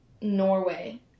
Norway